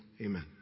Amen